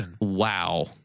wow